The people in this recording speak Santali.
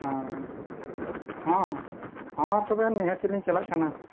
ᱟᱨ ᱦᱮᱸ ᱦᱮᱸ ᱦᱮᱸ ᱛᱚᱵᱮ ᱱᱤᱦᱟᱹᱛ ᱞᱤᱧ ᱪᱟᱞᱟᱜ ᱠᱟᱱᱟ